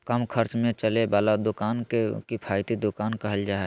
कम खर्च में चले वाला दुकान के किफायती दुकान कहल जा हइ